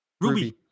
Ruby